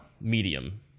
medium